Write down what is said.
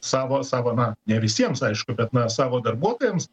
savo savo na ne visiems aišku bet na savo darbuotojams